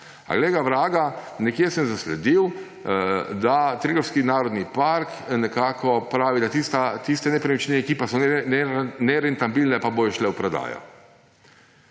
A glej ga vraga, nekje sem zasledil, da Triglavski narodni park nekako pravi, da tiste nepremičnine, ki pa so nerentabilne, pa bodo šle v prodajo.